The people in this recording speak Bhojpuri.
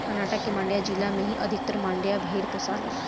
कर्नाटक के मांड्या जिला में ही अधिकतर मंड्या भेड़ पोसाले